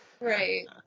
Right